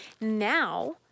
now